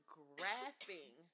grasping